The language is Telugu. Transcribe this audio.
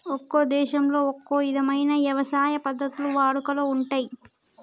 ఒక్కో దేశంలో ఒక్కో ఇధమైన యవసాయ పద్ధతులు వాడుకలో ఉంటయ్యి